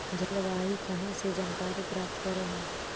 जलवायु कहा से जानकारी प्राप्त करहू?